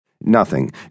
Nothing